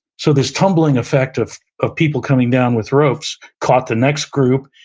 so this tumbling effect of of people coming down with ropes caught the next group,